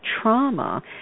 trauma